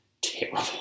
terrible